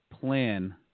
plan